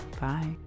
Bye